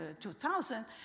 2000